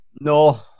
No